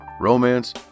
romance